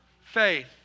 Faith